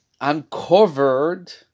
uncovered